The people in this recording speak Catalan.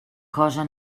cosa